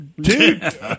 dude